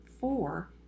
four